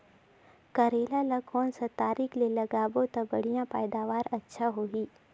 करेला ला कोन सा तरीका ले लगाबो ता बढ़िया पैदावार अच्छा होही?